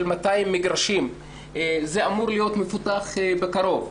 200 מגרשים שאמור להיות מפותח בקרוב.